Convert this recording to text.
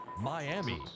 Miami